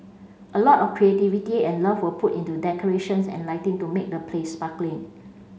a lot of creativity and love were put into decorations and lighting to make the place sparkling